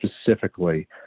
specifically